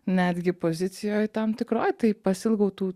netgi pozicijoj tam tikroj tai pasiilgau tų